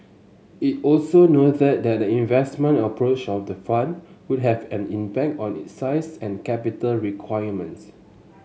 it also noted that the investment approach of the fund would have an impact on its size and capital requirements